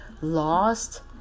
lost